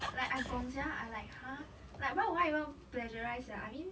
like I gong sia I like !huh! like why would I even plagiarise sia I mean